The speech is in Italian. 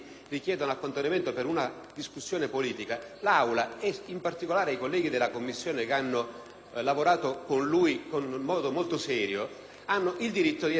lavorato con lui in modo molto serio, abbiano il diritto di essere informati sulle ragioni politiche per affrontarle e possibilmente dare un contributo per risolverle.